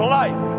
life